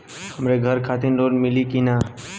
हमरे घर खातिर लोन मिली की ना?